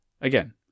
again